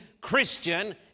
Christian